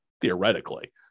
theoretically